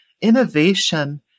Innovation